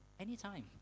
anytime